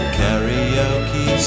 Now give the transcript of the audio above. karaoke